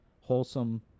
Wholesome